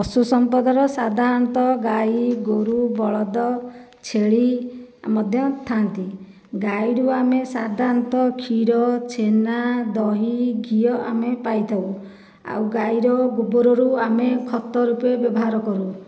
ପଶୁ ସମ୍ପଦର ସାଧାରଣତଃ ଗାଈ ଗୋରୁ ବଳଦ ଛେଳି ମଧ୍ୟ ଥାଆନ୍ତି ଗାଈଠାରୁ ଆମେ ସାଧାରଣତଃ କ୍ଷୀର ଛେନା ଦହି ଘିଅ ଆମେ ପାଇଥାଉ ଆଉ ଗାଈର ଗୋବରକୁ ଆମେ ଖତ ରୂପେ ବ୍ୟବହାର କରୁ